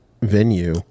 venue